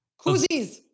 koozies